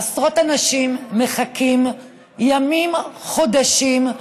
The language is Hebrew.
עשרות אנשים מחכים ימים, חודשים,